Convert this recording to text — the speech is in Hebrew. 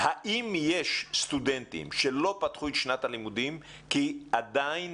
אז האם יש סטודנטים שלא פתחו את שנת הלימודים כי מחברתם